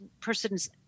person's